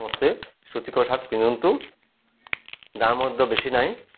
ସମସ୍ତେ ସୂତି କପଡ଼ା ସାର୍ଟ୍ ପିନ୍ଧନ୍ତୁ ଦାମ୍ ମଧ୍ୟ ବେଶୀ ନହିଁ